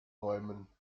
bäumen